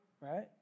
right